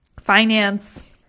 finance